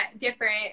different